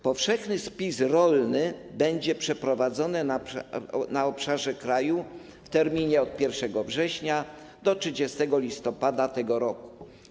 Powszechny spis rolny będzie przeprowadzony na obszarze kraju w terminie od 1 września do 30 listopada tego roku.